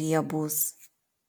riebūs